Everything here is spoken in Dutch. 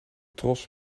tros